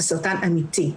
זה סרטן אמיתי,